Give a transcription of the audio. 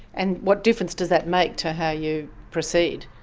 and what difference does that make to how you proceed?